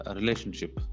relationship